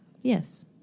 Yes